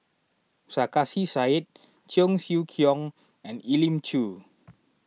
Sarkasi Said Cheong Siew Keong and Elim Chew